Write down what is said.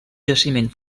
jaciment